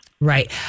Right